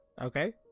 Okay